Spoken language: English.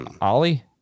Ollie